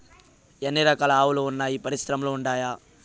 ఎన్ని రకాలు ఆవులు వున్నాయి పరిశ్రమలు ఉండాయా?